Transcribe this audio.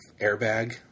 airbag